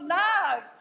love